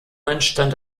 entstand